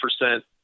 percent